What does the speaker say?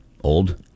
Old